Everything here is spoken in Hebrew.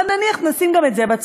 אבל נניח, נשים גם את זה בצד.